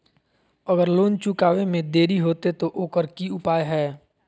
अगर लोन चुकावे में देरी होते तो ओकर की उपाय है?